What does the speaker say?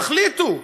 תחליטו.